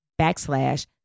backslash